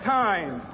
time